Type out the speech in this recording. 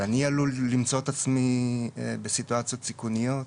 ואני עלול למצוא את עצמי בסיטואציות סיכוניות,